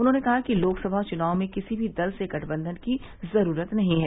उन्होंने कहा कि लोकसभा चुनाव में किसी मी दल से गठबंधन की जरूरत नहीं है